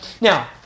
Now